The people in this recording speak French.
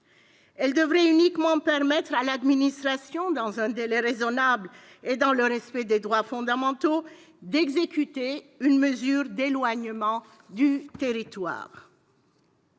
Elle devrait uniquement permettre à l'administration- dans un délai raisonnable et dans le respect des droits fondamentaux -d'exécuter une mesure d'éloignement du territoire.